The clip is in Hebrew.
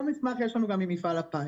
א אותו מסמך יש לנו גם ממפעל הפיס.